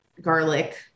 garlic